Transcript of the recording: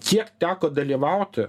kiek teko dalyvauti